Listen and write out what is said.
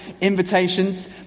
invitations